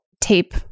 tape